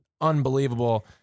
unbelievable